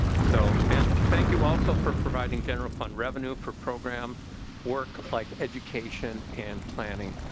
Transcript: so and thank you also for providing general fund revenue for program work like education and planning.